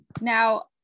Now